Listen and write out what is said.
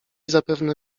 zapewne